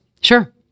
Sure